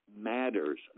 matters